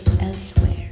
elsewhere